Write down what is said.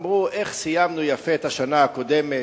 אמרו: איך סיימנו יפה את השנה הקודמת,